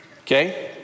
Okay